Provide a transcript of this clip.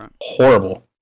horrible